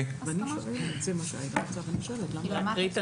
אני מקריאה את